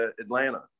Atlanta